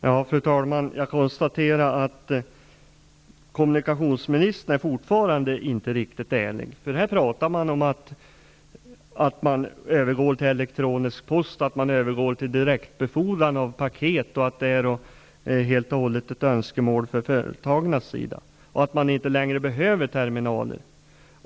Fru talman! Jag konstaterar att kommunikationsministern fortfarande inte är riktigt ärlig. Här talas det om att man övergår till elektronisk post och direktbefordran av paket, att det helt och hållet är ett önskemål från företagens sida och att det inte längre behövs terminaler.